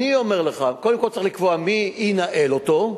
אני אומר לך, קודם כול צריך לקבוע מי ינהל אותו.